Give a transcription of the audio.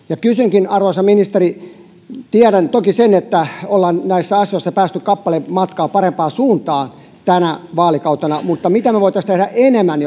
kysynkin arvoisa ministeri tiedän toki sen että ollaan näissä asioissa päästy kappaleen matkaa parempaan suuntaan tänä vaalikautena mitä me voisimme tehdä enemmän